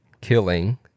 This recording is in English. killing